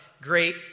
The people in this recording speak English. great